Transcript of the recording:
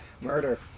Murder